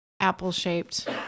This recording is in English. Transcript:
Apple-shaped